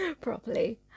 properly